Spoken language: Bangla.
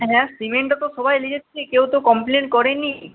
হ্যাঁ দাদা সিমেন্টটা তো সবাই নিয়েছে কেউ তো কমপ্লেন করে নি